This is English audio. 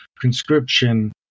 conscription